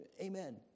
Amen